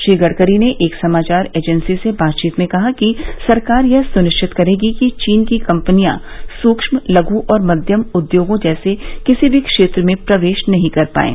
श्री गडकरी ने एक समाचार एजेंसी से बातचीत में कहा कि सरकार यह सुनिश्चित करेगी कि चीन की कंपनियां सूक्ष्म लघ् और मध्यम उद्योगों जैसे किसी भी क्षेत्र में प्रवेश नहीं कर पायें